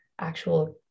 actual